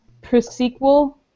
pre-sequel